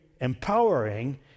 empowering